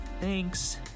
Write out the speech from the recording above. Thanks